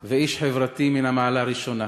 ואיש חברתי מן המעלה הראשונה.